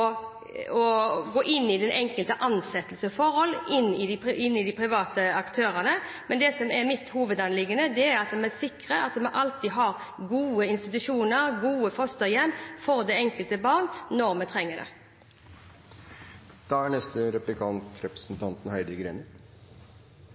i den enkeltes ansettelsesforhold når det gjelder de private aktørene, men det som er mitt hovedanliggende, er at vi sikrer at vi alltid har gode institusjoner og gode fosterhjem for det enkelte barn når vi trenger det. Hovedbegrunnelsen for den endringen som ble gjort i 2004 da